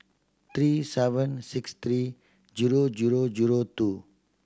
three seven six three zero zero zero two